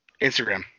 Instagram